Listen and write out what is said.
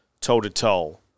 toe-to-toe